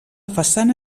façana